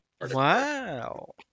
Wow